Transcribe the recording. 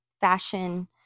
fashion